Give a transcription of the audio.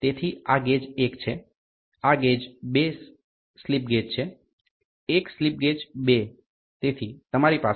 તેથી આ ગેજ 1 છે આ ગેજ 2 સ્લિપ ગેજ છે 1 સ્લિપ ગેજ 2